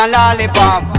lollipop